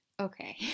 Okay